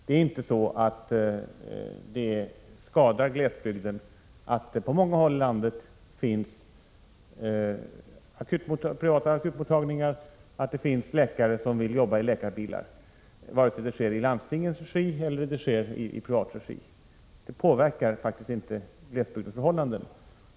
Det är inte så att det skadar glesbygden, att det på många håll i landet finns privata akutmottagningar och att det finns läkare som vill jobba i läkarbilar, vare sig det sker i landstingens regi eller i privat regi. Det påverkar faktiskt inte glesbygdens förhållanden.